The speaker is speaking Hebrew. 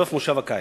סוף מושב הקיץ.